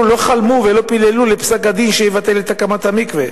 לא חלמו ולא פיללו לפסק-הדין שיבטל את הקמת המקווה,